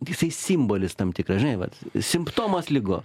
jisai simbolis tam tikras žinai vat simptomas ligos